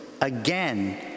again